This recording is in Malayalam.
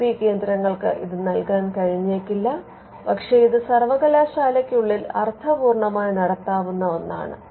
ഐ പി കേന്ദ്രങ്ങൾക്ക് ഇത് നൽകാൻ കഴിഞ്ഞേക്കില്ല പക്ഷേ ഇത് സർവകലാശാലയ്ക്കുള്ളിൽ അർത്ഥപൂർണമായി നടത്താവുന്ന ഒന്നാണ്